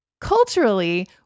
Culturally